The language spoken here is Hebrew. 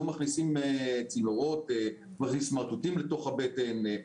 מכניסים צינורות או סמרטוטים אל תוך הבטן,